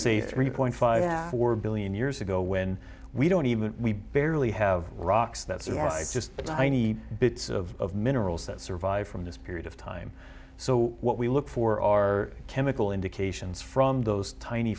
say three point five four billion years ago when we don't even we barely have rocks that's just a tiny bits of minerals that survived from this period of time so what we look for are chemical indications from those tiny